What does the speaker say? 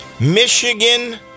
Michigan